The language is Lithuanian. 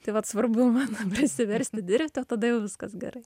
taip vat svarbu man prisiversti dirbt o tada jau viskas gerai